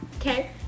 Okay